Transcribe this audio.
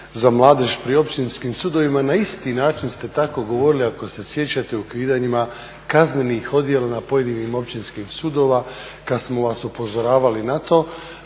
za mladež pri općinskim sudovima, na isti način ste tako govorili ako se sjećate o ukidanjima kaznenih odjela na pojedinim općinskim sudovima kad smo vas upozoravali na to,